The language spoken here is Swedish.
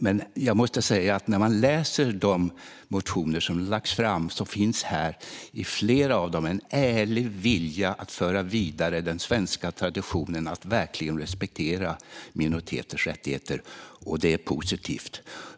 Men jag måste säga att när man läser de motioner som har lagts fram ser man att det i flera av dem finns en ärlig vilja att föra vidare den svenska traditionen att verkligen respektera minoriteters rättigheter. Det är positivt.